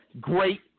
great